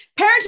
parenting